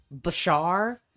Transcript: Bashar